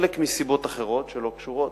חלק מסיבות אחרות, שלא קשורות,